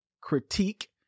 critique